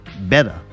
better